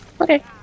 Okay